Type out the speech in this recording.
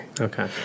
Okay